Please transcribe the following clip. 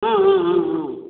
ஆ ஆ ஆ ஆ